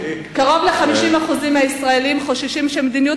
קרוב ל-50% מהישראלים חוששים שמדיניות